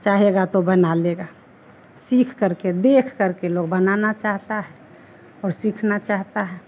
चाहेगा तो बना लेगा सीख करके देख करके लोग बनाना चाहता है और सीखना चाहता है